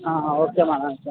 okay madam అయితే